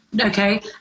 Okay